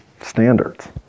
standards